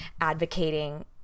advocating